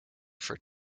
for